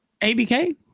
ABK